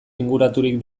inguraturik